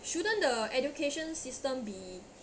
shouldn't the education system be